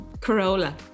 Corolla